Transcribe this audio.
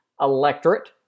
electorate